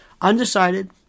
undecided